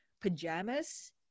pajamas